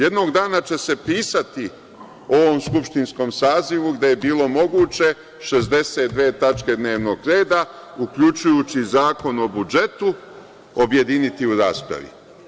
Jednog dana će se pisati o ovom skupštinskom sazivu gde je bilo moguće 62. tačke dnevnog reda, uključujući zakon o budžetu, objediniti u raspravi.